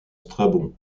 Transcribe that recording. strabon